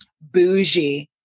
bougie